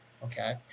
Okay